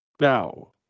Now